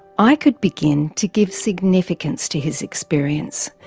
i could begin to give significance to his experience,